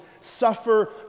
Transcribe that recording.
suffer